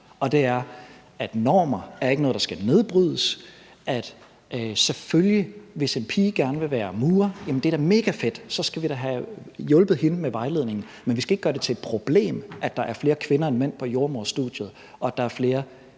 og det er, at normer ikke er noget, der skal nedbrydes. Hvis en pige gerne vil være murer, er det selvfølgelig megafedt. Så skal vi da have hjulpet hende med vejledningen, men vi skal ikke gøre det til et problem, at der er flere kvinder end mænd på jordemoderstudiet, og at der er flere